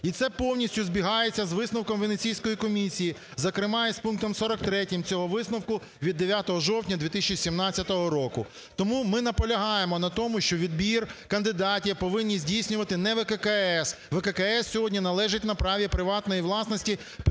І це повністю збігається з висновком Венеційської комісії, зокрема, і з пунктом 43 цього висновку від 9 жовтня 2017 року. Тому ми наполягаємо на тому, що відбір кандидатів повинні здійснювати не ВККС. ВККС сьогодні належить на праві приватної власності Петру